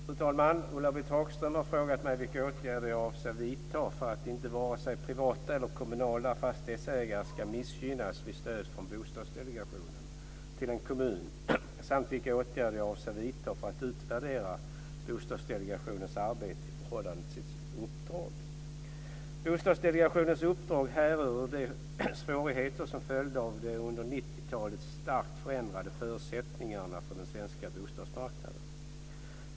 Fru talman! Ulla-Britt Hagström har frågat mig vilka åtgärder jag avser att vidta för att inte vare sig privata eller kommunala fastighetsägare ska missgynnas vid stöd från Bostadsdelegationen till en kommun samt vilka åtgärder jag avser att vidta för att utvärdera Bostadsdelegationens arbete i förhållande till dess uppdrag. Bostadsdelegationens uppdrag härrör ur de svårigheter som följde av de under 1990-talet starkt förändrade förutsättningarna för den svenska bostadsmarknaden.